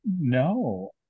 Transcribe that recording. no